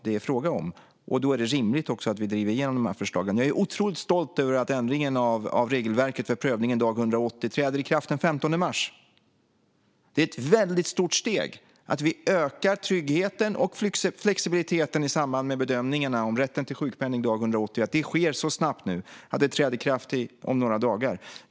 Då är det också rimligt att vi driver igenom dessa förslag. Jag är otroligt stolt över att ändringen av regelverket för prövning vid dag 180 träder i kraft den 15 mars. Det är ett väldigt stort steg att vi ökar tryggheten och flexibiliteten i samband med bedömningarna av rätten till sjukpenning dag 181. Det sker så snabbt nu att det träder i kraft om några dagar.